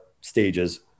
stages